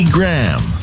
Graham